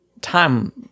time